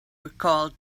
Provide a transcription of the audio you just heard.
recalled